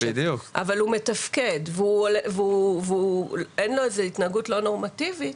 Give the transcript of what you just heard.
אבל הוא מתפקד ואין לו התנהגות לא נורמטיבית,